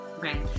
right